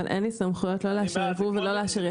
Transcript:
אבל אין לי סמכויות לא לאשר ייבוא ולא לאשר ייצוא.